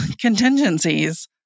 contingencies